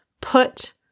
put